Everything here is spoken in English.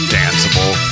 danceable